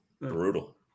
brutal